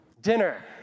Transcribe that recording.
dinner